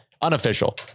Unofficial